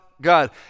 God